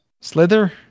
Slither